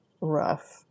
rough